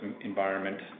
environment